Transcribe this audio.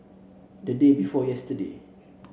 the day before yesterday